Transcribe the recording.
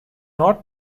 not